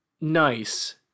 nice